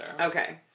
okay